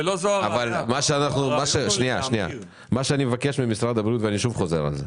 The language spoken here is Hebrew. אני מבקש ממשרד הבריאות, ואני שוב חוזר על זה,